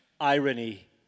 irony